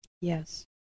Yes